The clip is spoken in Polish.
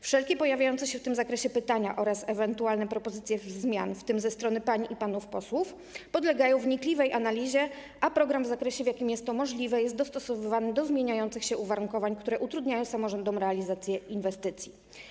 Wszelkie pojawiające się w tym zakresie pytania oraz ewentualne propozycje zmian, w tym ze strony pań i panów posłów, podlegają wnikliwej analizie, a program w zakresie, w jakim jest to możliwe, jest dostosowywany do zmieniających się uwarunkowań, które utrudniają samorządom realizację inwestycji.